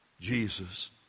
Jesus